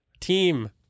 team